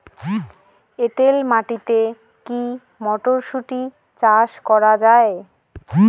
এটেল মাটিতে কী মটরশুটি চাষ করা য়ায়?